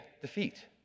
defeat